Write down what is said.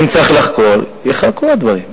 אם צריך לחקור, ייחקרו הדברים.